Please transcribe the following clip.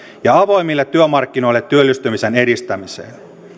ja avoimille työmarkkinoille työllistymisen edistämiseen